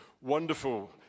wonderful